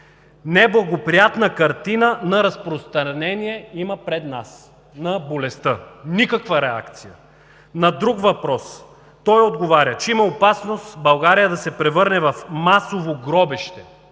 „неблагоприятна картина на разпространение има пред нас на болестта“ – никаква реакция; на друг въпрос той отговаря, че има опасност България да се превърне в масово гробище,